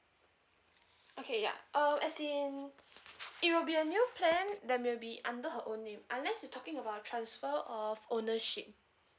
okay ya um as in it will be a new plan then will be under her own name unless you talking about transfer of ownership